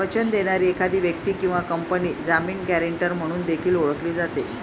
वचन देणारी एखादी व्यक्ती किंवा कंपनी जामीन, गॅरेंटर म्हणून देखील ओळखली जाते